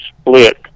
split